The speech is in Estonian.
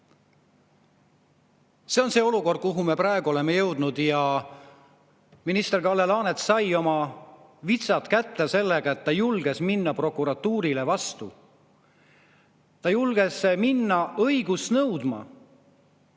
See on olukord, kuhu me praegu oleme jõudnud. Ja minister Kalle Laanet sai oma vitsad kätte, sest ta julges prokuratuurile vastu astuda. Ta julges minna õigust nõudma